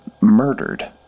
murdered